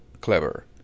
clever